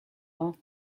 are